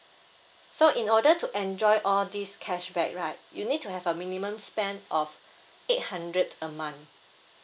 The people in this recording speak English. so in order to enjoy all these cashback right you need to have a minimum spend of eight hundred a month